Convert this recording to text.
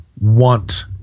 want